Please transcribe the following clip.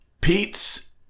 Pete's